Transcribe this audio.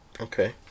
Okay